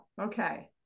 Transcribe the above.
Okay